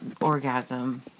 orgasm